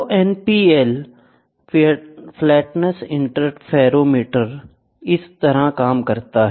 तो NPL flatness interferometer इस तरह काम करता है